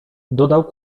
dodał